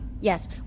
Yes